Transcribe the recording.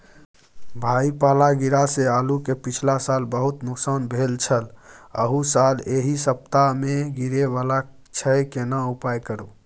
भाई पाला गिरा से आलू के पिछला साल बहुत नुकसान भेल छल अहू साल एहि सप्ताह में गिरे वाला छैय केना उपाय करू?